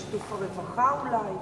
בשיתוף הרווחה אולי.